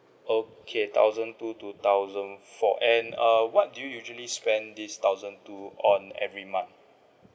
okay thousand two to thousand four and uh what do you usually spend this thousand two on every month